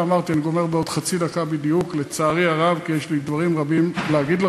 לפגוע בטקס הממלכתי לזכרו של האלוף רחבעם זאבי ז"ל,